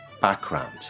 background